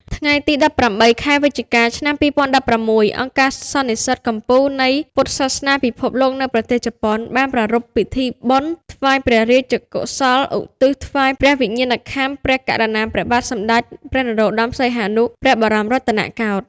ថ្ងៃទី១៨ ខែវិច្ឆិកា ឆ្នាំ២០១៦ អង្គការសន្និសីទកំពូលនៃពុទ្ធសាសនាពិភពលោកនៅប្រទេសជប៉ុន បានប្រារព្ធពិធីបុណ្យថ្វាយព្រះរាជកុសលឧទ្ទិសថ្វាយព្រះវិញ្ញាណក្ខន្ធព្រះករុណាព្រះបាទសម្ដេចព្រះនរោត្ដម សីហនុ ព្រះបរមរតនកោដ្ឋ។